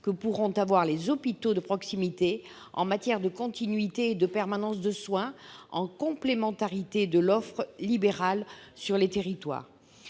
que pourront avoir les hôpitaux de proximité en matière de continuité et de permanence des soins, en complémentarité de l'offre libérale, sur les territoires.